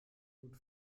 gut